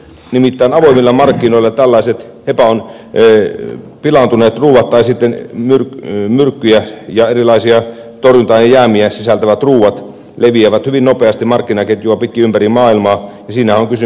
nimittäin avoimilla markkinoilla tällaiset pilaantuneet ruuat tai sitten myrkkyjä ja erilaisia torjunta ainejäämiä sisältävät ruuat leviävät hyvin nopeasti markkinaketjua pitkin ympäri maailmaa ja siinä on kysymys silloin jopa terveyden vaarantavista tilanteista